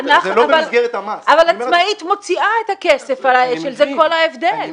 אבל עצמאית מוציאה את הכסף וזה כל ההבדל.